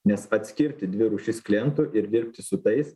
nes atskirti dvi rūšis klientų ir dirbti su tais